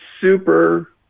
super